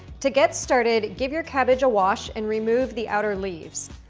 to get started, give your cabbage a wash and remove the outer leaves.